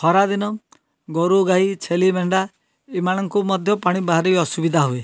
ଖରାଦିନ ଗୋରୁ ଗାଈ ଛେଲି ମେଣ୍ଢା ଏମାନଙ୍କୁ ମଧ୍ୟ ପାଣି ଭାରି ଅସୁବିଧା ହୁଏ